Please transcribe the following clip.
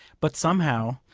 but, somehow,